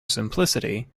simplicity